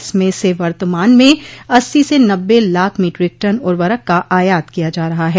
इसमें से वर्तमान में अस्सी से नब्बे लाख मीट्रिक टन उर्वरक का आयात किया जा रहा है